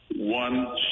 one